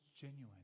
genuine